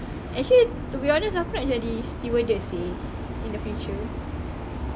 actually to be honest aku nak jadi stewardess seh in the future